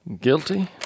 Guilty